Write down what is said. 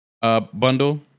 bundle